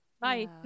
Bye